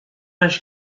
mais